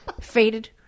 faded